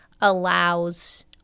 allows